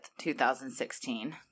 2016